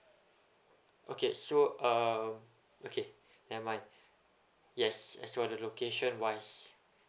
okay so um okay never mind yes is for the location wise